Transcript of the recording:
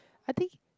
I think